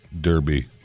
Derby